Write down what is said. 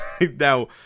now